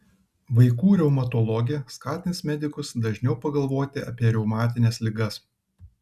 vaikų reumatologė skatins medikus dažniau pagalvoti apie reumatines ligas